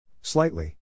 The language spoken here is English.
Slightly